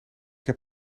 heb